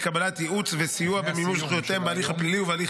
לקבלת ייעוץ וסיוע במימוש זכויותיהם בהליך הפלילי ובהליך